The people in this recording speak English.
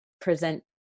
present